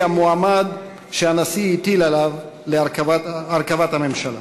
המועמד שהנשיא הטיל עליו את הרכבת הממשלה.